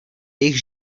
jejich